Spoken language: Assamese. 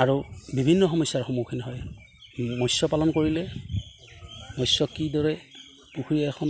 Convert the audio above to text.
আৰু বিভিন্ন সমস্যাৰ সন্মুখীন হয় মৎস্য পালন কৰিলে মৎস্য কিদৰে পুখুৰী এখন